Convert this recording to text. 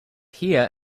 here